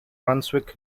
brunswick